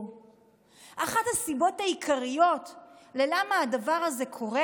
אחת הסיבות העיקריות לשאלה למה הדבר הזה קורה